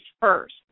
first